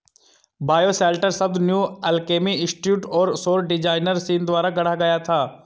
bioshelter शब्द New Alchemy Institute और सौर डिजाइनर सीन द्वारा गढ़ा गया था